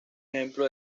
ejemplo